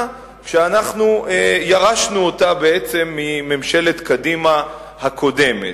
כשאנחנו ירשנו אותה בעצם מממשלת קדימה הקודמת.